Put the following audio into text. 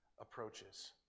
approaches